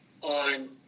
on